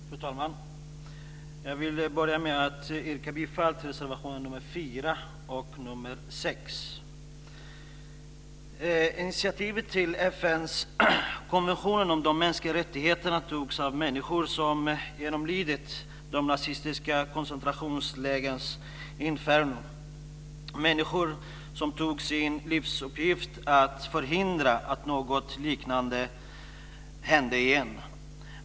Fru talman! Jag vill börja med att yrka bifall till reservationerna nr 4 och nr 6. Initiativet till FN:s konvention om de mänskliga rättigheterna togs av människor som genomlidit de nazistiska koncentrationslägrens inferno, människor som tog som sin livsuppgift att förhindra att något liknande skulle hända igen.